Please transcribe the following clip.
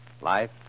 life